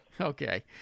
Okay